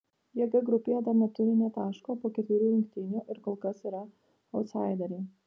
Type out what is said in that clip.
jie g grupėje dar neturi nė taško po ketverių rungtynių ir kol kas yra autsaideriai